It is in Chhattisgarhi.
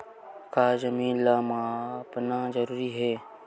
का जमीन ला मापना जरूरी हे?